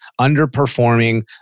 underperforming